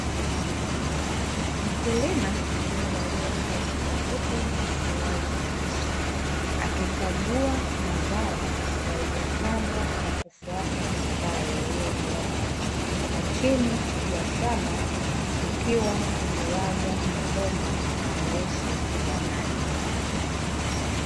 Mkulima aliyevalia shati jeupe na suruali nyeusi, akikagua mazao yaliyopandwa kwa kufuata mistari iliyonyooka, na chini ya shamba kukiwa kumelazwa mabomba meusi ya maji.